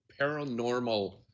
paranormal